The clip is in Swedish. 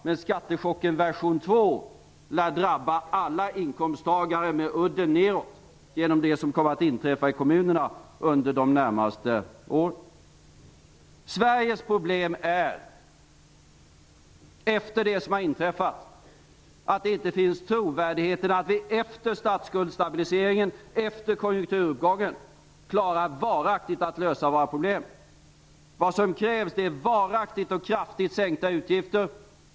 Men skattechocken version 2 lär drabba alla inkomsttagare, med udden nedåt, genom det som kommer att inträffa i kommunerna under de närmaste åren. Sveriges problem är, efter det som har inträffat, att det inte finns trovärdigheten att vi efter statsskuldsstabiliseringen, efter konjunkturuppgången, klarar att varaktigt lösa våra problem. Vad som krävs är varaktigt och kraftigt sänkta utgifter.